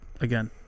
again